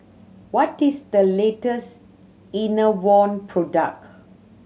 what is the latest Enervon product